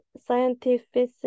scientific